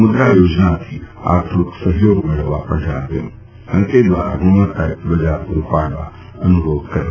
મુક્રા યોજનાથી આર્થિક સફયોગ મેળવવા પણ જણાવ્યું અને તે દ્વારા લોકોને ગુણવત્તાયુક્ત બજાર પુરું પાડવા અનુરોધ કર્યો